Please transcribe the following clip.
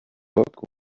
book